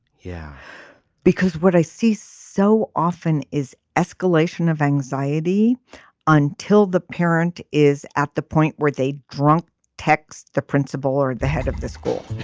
yeah because what i see so often is escalation of anxiety until the parent is at the point where they drunk text the principal or the head of the school